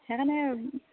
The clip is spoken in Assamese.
সেইকাৰণে